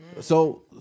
So-